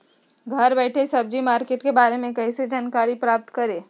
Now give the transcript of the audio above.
घर बैठे सब्जी मार्केट के बारे में कैसे जानकारी प्राप्त करें?